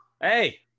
Hey